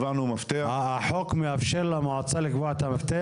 החוק מאפשר למועצה לקבוע את המפתח?